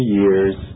years